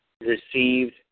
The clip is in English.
received